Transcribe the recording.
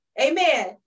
Amen